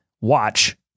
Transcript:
watch